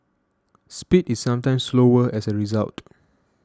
speed is sometimes slower as a result